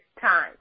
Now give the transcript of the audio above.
time